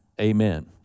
Amen